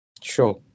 Sure